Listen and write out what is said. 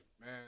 Man